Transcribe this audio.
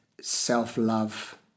self-love